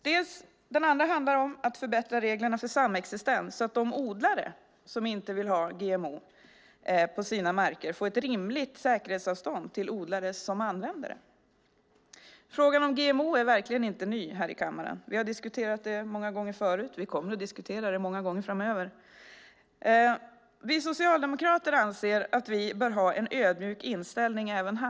Dessutom handlar det om att förbättra reglerna för samexistens så att de odlare som inte vill ha GMO på sina marker får ett rimligt säkerhetsavstånd till odlare som använder dem. Frågan om GMO är verkligen inte ny här i kammaren. Vi har diskuterat den många gånger förut, och vi kommer att diskutera den många gånger framöver. Vi socialdemokrater anser att vi bör ha en ödmjuk inställning även här.